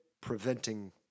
preventing